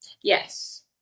Yes